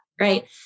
Right